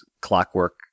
clockwork